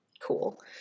cool